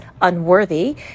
unworthy